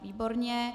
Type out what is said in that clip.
Výborně.